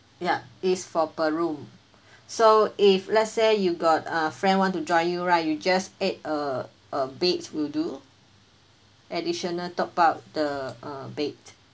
ya it's for per room so if let's say you got a friend want to join you right you just add uh a bed will do additional top up the uh bed